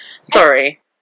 sorry